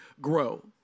grow